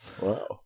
Wow